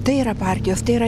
tai yra partijos tai yra